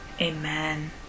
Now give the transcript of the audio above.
amen